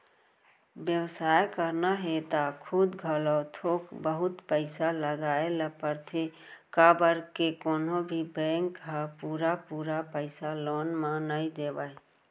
बेवसाय करना हे त खुद घलोक थोक बहुत पइसा लगाए ल परथे काबर के कोनो भी बेंक ह पुरा पुरा पइसा लोन म नइ देवय